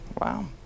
Wow